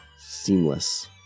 Seamless